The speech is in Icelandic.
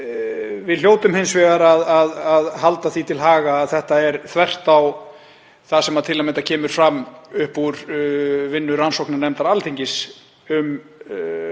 við hljótum hins vegar að halda því til haga að þetta er þvert á það sem til að mynda kemur upp úr vinnu rannsóknarnefndar Alþingis um það